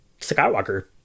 Skywalker